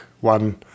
one